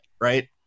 right